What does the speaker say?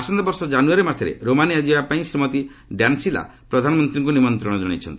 ଆସନ୍ତାବର୍ଷ କାନୁୟାରୀ ମାସରେ ରୋମାନିଆ ଯିବା ପାଇଁ ଶ୍ରୀମତୀ ଡାନ୍ସିଲା ପ୍ରଧାନମନ୍ତ୍ରୀଙ୍କୁ ନିମନ୍ତ୍ରଣ ଜଣାଇଛନ୍ତି